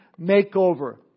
makeover